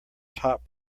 top